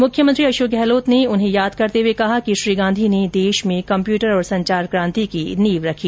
मुख्यमंत्री अशोक गहलोत ने उन्हें याद करते हुए कहा कि श्री गांधी ने देश में कम्प्यूटर और संचार कांति की नीव रखी